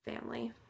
family